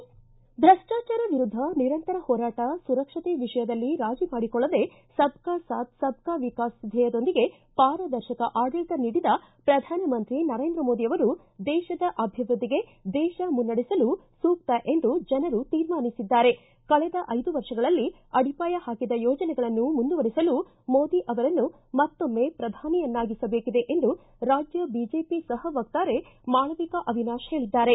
ಭ್ರಷ್ಟಾಚಾರ ವಿರುದ್ದ ನಿರಂತರ ಹೋರಾಟ ಸುರಕ್ಷತೆ ವಿಷಯದಲ್ಲಿ ರಾಜಿ ಮಾಡಿಕೊಳ್ಳದೆ ಸಬ್ ಕಾ ಸಾಥ್ ಸಬ್ ಕಾ ವಿಕಾಸ್ ಧ್ಯೇಯದೊಂದಿಗೆ ಪಾರದರ್ಶಕ ಆಡಳಿತ ನೀಡಿದ ಪ್ರಧಾನಮಂತ್ರಿ ನರೇಂದ್ರ ಮೋದಿ ಅವರು ದೇಶದ ಅಭಿವೃದ್ದಿಗೆ ದೇಶ ಮುನ್ನಡೆಸಲು ಸೂಕ್ತ ಎಂದು ಜನರು ತೀರ್ಮಾನಿಸಿದ್ದಾರೆ ಕಳೆದ ಐದು ವರ್ಷದಲ್ಲಿ ಅಡಿಪಾಯ ಪಾಕಿದ ಯೋಜನೆಗಳನ್ನು ಮುಂದುವರೆಸಲು ಮೋದಿ ಅವರನ್ನು ಮತ್ತೊಮ್ಮೆ ಪ್ರಧಾನಿಯನ್ನಾಗಿಸಬೇಕಿದೆ ಎಂದು ರಾಜ್ಯ ಬಿಜೆಪಿ ಸಹ ವಕ್ತಾರೆ ಮಾಳವಿಕಾ ಅವಿನಾಶ್ ಹೇಳಿದ್ದಾರೆ